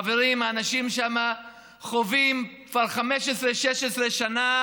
חברים, האנשים שם חווים כבר 15 16 שנה,